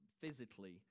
physically